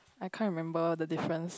I can't remember the difference